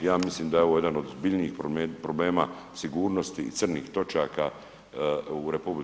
Ja mislim da je ovo jedan od ozbiljnijih problema sigurnosti i crnih točaka u RH po